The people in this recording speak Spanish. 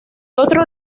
otro